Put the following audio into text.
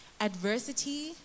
Adversity